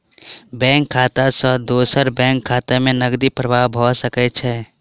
bank खाता सॅ दोसर बैंक खाता में नकदी प्रवाह भ सकै छै